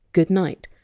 good night.